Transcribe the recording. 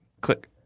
Click